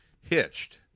Hitched